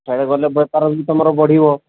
ସିଆଡ଼େ ଗଲେ ବେପାର ବି ତୁମର ବଢ଼ିବ